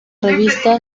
revista